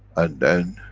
and then,